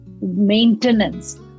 maintenance